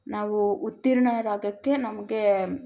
ನಾವು ಉತ್ತೀರ್ಣರಾಗೋಕ್ಕೆ ನಮಗೆ